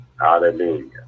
Hallelujah